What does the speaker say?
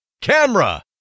camera